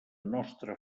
nostra